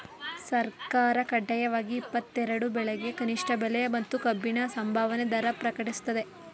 ಸರ್ಕಾರ ಕಡ್ಡಾಯವಾಗಿ ಇಪ್ಪತ್ತೆರೆಡು ಬೆಳೆಗೆ ಕನಿಷ್ಠ ಬೆಲೆ ಮತ್ತು ಕಬ್ಬಿಗೆ ಸಂಭಾವನೆ ದರ ಪ್ರಕಟಿಸ್ತದೆ